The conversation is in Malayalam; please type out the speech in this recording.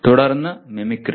തുടർന്ന് മിമിക്രി